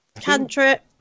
cantrip